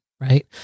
Right